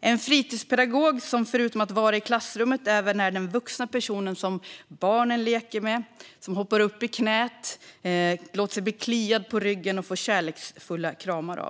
Det är en fritidspedagog som förutom att vara i klassrummet även är den vuxna person som barnen leker med, hoppar upp i knäet på, låter sig bli kliade på ryggen av och får kärleksfulla kramar av.